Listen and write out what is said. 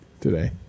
today